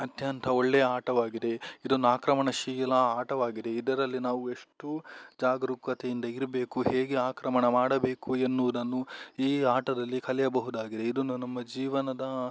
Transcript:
ಅತ್ಯಂತ ಒಳ್ಳೆಯ ಆಟವಾಗಿದೆ ಇದೊಂದು ಆಕ್ರಮಣಶೀಲ ಆಟವಾಗಿದೆ ಇದರಲ್ಲಿ ನಾವು ಎಷ್ಟು ಜಾಗರೂಕತೆಯಿಂದ ಇರಬೇಕು ಹೇಗೆ ಆಕ್ರಮಣ ಮಾಡಬೇಕು ಎನ್ನುವುದನ್ನು ಈ ಆಟದಲ್ಲಿ ಕಲಿಯಬಹುದಾಗಿದೆ ಇದನ್ನು ನಮ್ಮ ಜೀವನದ